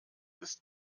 ist